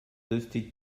dusty